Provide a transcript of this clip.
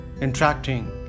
interacting